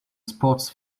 sports